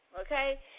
Okay